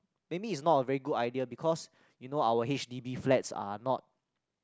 maybe is not a very good idea because you know our H_D_B flats are not